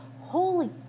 holy